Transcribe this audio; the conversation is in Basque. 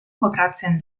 kobratzen